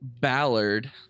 Ballard